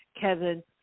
Kevin